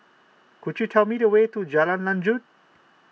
could you tell me the way to Jalan Lanjut